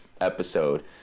episode